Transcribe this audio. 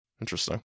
interesting